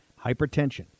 Hypertension